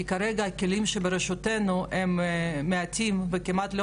כי כרגע הכלים שברשותנו הם מעטים וכמעט לא